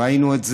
ראינו את זה,